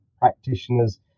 practitioners